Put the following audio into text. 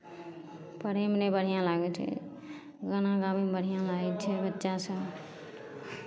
पढ़यमे नहि बढ़िआँ लागै छै गाना गाबैमे बढ़िआँ लागै छै बच्चासभ